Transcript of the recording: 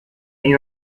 ihr